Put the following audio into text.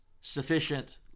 sufficient